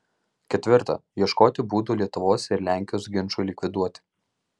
ketvirta ieškoti būdų lietuvos ir lenkijos ginčui likviduoti